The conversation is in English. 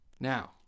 Now